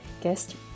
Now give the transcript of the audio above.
guest